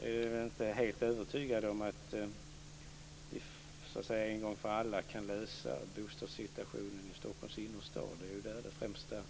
Jag är inte helt övertygad om att man en gång för alla kan klara bostadssituationen i Stockholms innerstad. Det är ju där som det främsta